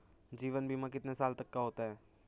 जीवन बीमा कितने साल तक का होता है?